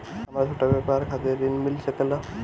हमरा छोटा व्यापार खातिर ऋण मिल सके ला?